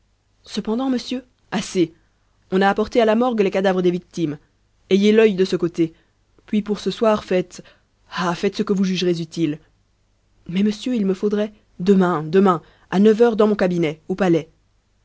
cependant monsieur assez on a porté à la morgue les cadavres des victimes ayez l'œil de ce côté puis pour ce soir faites ah faites ce que vous jugerez utile mais monsieur il me faudrait demain demain à neuf heures dans mon cabinet au palais